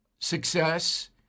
success